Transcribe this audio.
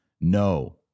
No